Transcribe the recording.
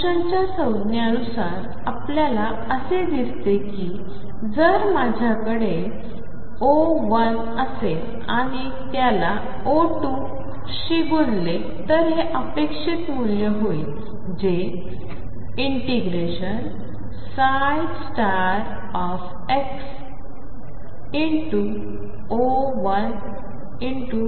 फंशनच्या संज्ञानुसार आपल्याला असे दिसते कि जर माझ्याकडे O1असेल आणि याला O2 शी गुणले तर हे अपेक्षित मूल्य होईल जे ∫xO1O2ψdx